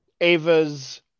Ava's